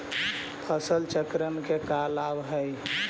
फसल चक्रण के का लाभ हई?